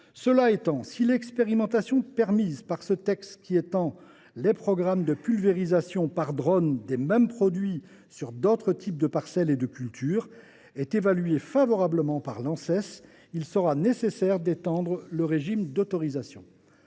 Cela étant, si l’expérimentation permise par ce texte, qui étend les programmes de pulvérisation par drone des mêmes produits à d’autres types de parcelles et de cultures, est évaluée favorablement par l’Anses, il sera nécessaire d’étendre en conséquence le régime d’autorisation.